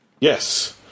Yes